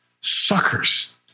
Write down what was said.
suckers